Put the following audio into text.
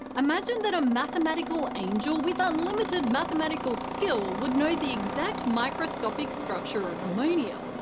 imagine that a mathematical angel with ah unlimited mathematical skill would know the exact microscopic structure of ammonia,